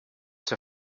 der